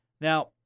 Now